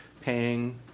paying